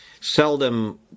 seldom